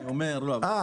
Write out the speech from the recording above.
אז אני אומר --- לא,